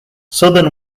southern